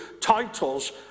titles